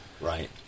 Right